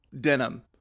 denim